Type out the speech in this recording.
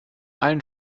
allen